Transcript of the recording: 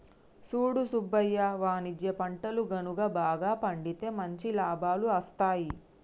సూడు సుబ్బయ్య వాణిజ్య పంటలు గనుక బాగా పండితే మంచి లాభాలు అస్తాయి